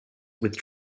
with